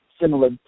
similar